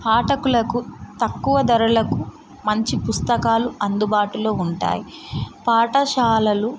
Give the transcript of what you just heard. పాఠకులకు తక్కువ ధరలకు మంచి పుస్తకాలు అందుబాటులో ఉంటాయి పాఠశాలలు